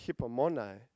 hippomone